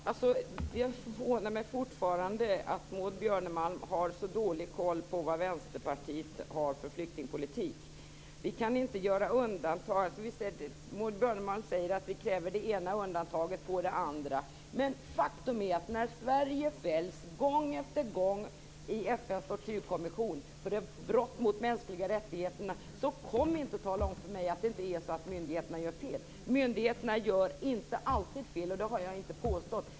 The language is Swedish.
Fru talman! Det förvånar mig fortfarande att Maud Björnemalm har så dålig koll på Vänsterpartiets flyktingpolitik. Maud Björnemalm säger att vi kräver det ena undantaget på det andra. Faktum är att Sverige fälls gång efter gång i FN:s tortyrkommission för brott mot mänskliga rättigheterna, så kom inte och tala om för mig att myndigheterna inte gör fel! Myndigheterna gör inte alltid fel, och det har jag inte påstått.